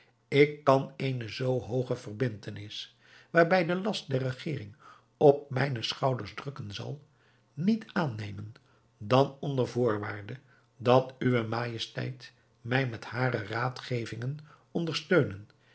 ik kan eene zoo hooge verbindtenis waarbij de last der regering op mijne schouders drukken zal niet aannemen dan onder voorwaarde dat uwe majesteit mij met hare raadgevingen ondersteunen